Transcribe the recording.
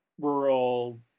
rural